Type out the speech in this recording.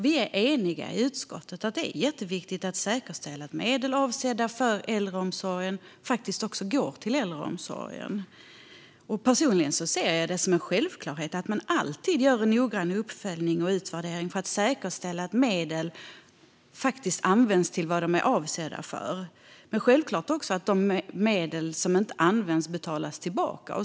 Vi är eniga i utskottet om att det är jätteviktigt att säkerställa att medel som är avsedda för äldreomsorgen faktiskt också går till äldreomsorgen. Personligen ser jag det som en självklarhet att man alltid gör en noggrann uppföljning och utvärdering för att säkerställa att medel används till vad de är avsedda för. Men det är också självklart att de medel som inte använts ska betalas tillbaka.